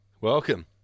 Welcome